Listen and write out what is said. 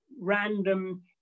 random